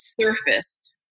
surfaced